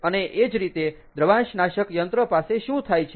અને એ જ રીતે દ્રવાંશનાશક યંત્ર પાસે શું થાય છે